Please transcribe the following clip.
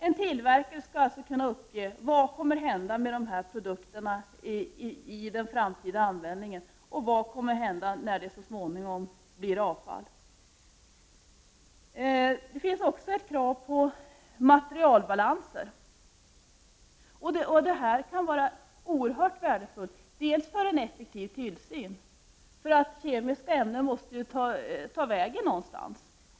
En tillverkare skulle kunna uppge vad som kommer att hända produkterna i den framtida användningen och vad som kommer att hända när det så småningom blir avfall. Det finns vidare ett krav på materialbalanser. Det kan vara oerhört värdefullt för en effektiv tillsyn. Kemiska ämnen måste ju ta vägen någonstans.